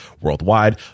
worldwide